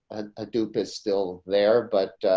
a dupe is still there. but,